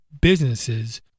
businesses